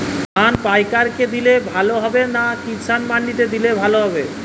ধান পাইকার কে দিলে ভালো হবে না কিষান মন্ডিতে দিলে ভালো হবে?